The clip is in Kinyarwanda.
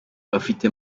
bafite